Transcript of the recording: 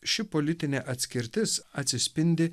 ši politinė atskirtis atsispindi